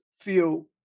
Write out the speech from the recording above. feel